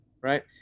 Right